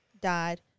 died